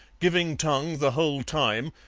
giving tongue the whole time,